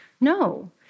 No